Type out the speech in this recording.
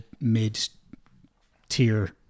mid-tier